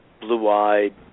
blue-eyed